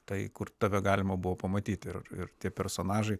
tai kur tave galima buvo pamatyti ir tie personažai